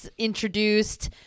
introduced